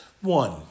one